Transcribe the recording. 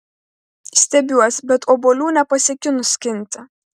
stiebiuos bet obuolių nepasiekiu nuskinti